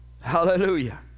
Hallelujah